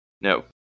No